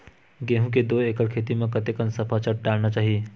गेहूं के दू एकड़ खेती म कतेकन सफाचट डालना चाहि?